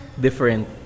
different